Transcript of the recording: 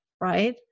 right